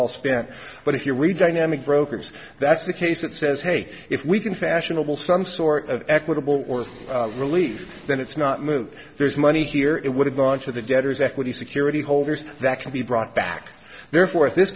all spent but if you read dynamic brokers that's the case that says hey if we can fashionable some sort of equitable relief then it's not moot there's money here it would have gone to the debtors equity security holders that can be brought back therefore if this